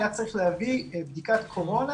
היה צריך להביא בדיקת קורונה